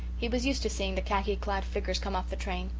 he was used to seeing the khaki-clad figures come off the train,